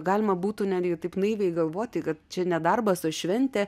galima būtų netgi taip naiviai galvoti kad čia ne darbas o šventė